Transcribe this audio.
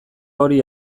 hori